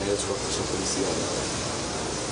ראיתי שפרופ' דיאן לוין נמצאת פה.